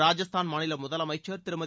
ராஜஸ்தான் மாநில முதலமைச்சர் திருமதி